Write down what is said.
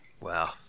Wow